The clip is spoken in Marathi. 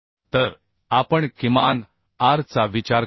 तर आपण किमान R चा विचार करू